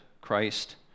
Christ